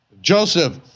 Joseph